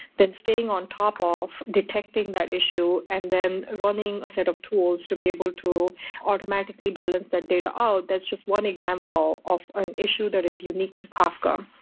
then staying on top of detecting that issue and then running a set of tools to be able to automatically balance that data out, that's just one example of an issue that is unique to kafka.